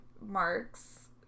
marks